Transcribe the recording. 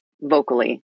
vocally